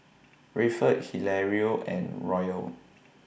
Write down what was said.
Rayford Hilario and Royal